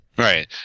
Right